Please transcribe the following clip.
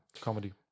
comedy